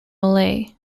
melee